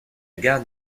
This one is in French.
gare